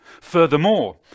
Furthermore